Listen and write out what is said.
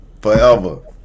forever